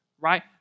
right